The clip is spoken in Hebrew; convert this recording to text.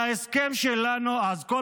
זה מה שכתוב בעיתון.